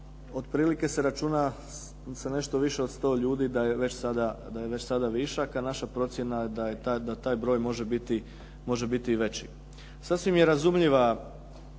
otprilike se računa se nešto više od 100 ljudi d da je već sada višak. A naša procjena je da taj broj može biti i veći. Sasvim je razumljiva